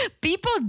People